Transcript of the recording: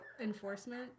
enforcement